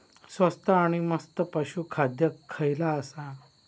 स्वस्त आणि मस्त पशू खाद्य खयला आसा?